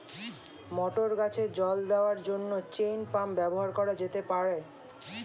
মটর গাছে জল দেওয়ার জন্য চেইন পাম্প ব্যবহার করা যেতে পার?